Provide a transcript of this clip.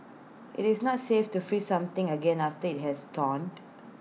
IT is not safe to freeze something again after IT has thawed